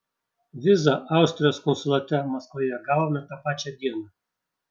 vizą austrijos konsulate maskvoje gavome tą pačią dieną